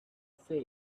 sale